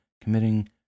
committing